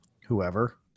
whoever